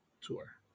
tour